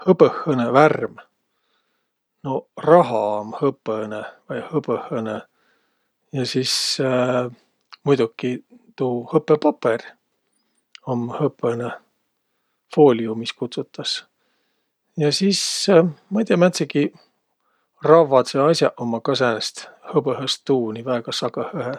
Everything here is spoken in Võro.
Hõbõhõnõ värm? Noq raha um hõpõnõ vai hõbõhõnõ ja sis muidoki tuu hõpõpapõr um hõpõnõ, fooliumis kutsutas. Ja sis, ma'i tiiäq, määntsegiq ravvadsõq as'aq ummaq kah säänest hõbõhõst tuuni väega sagõhõhe.